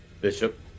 Bishop